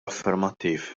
affermattiv